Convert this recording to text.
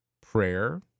prayer